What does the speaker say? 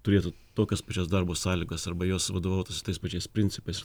turėtų tokias pačias darbo sąlygas arba jos vadovautųsi tais pačiais principais